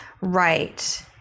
Right